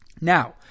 Now